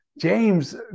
James